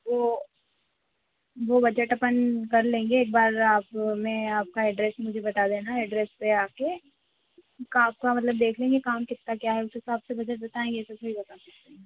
वह वह बजट अपन कर लेंगे एक बार आप मैं आपका एड्रैस मुझे बता देना एड्रैस पर आकर काम आपका मतलब देख लेंगे काम कितना क्या है उस हिसाब से बजट बताएंगे ऐसे बता सकते हैं